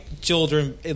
children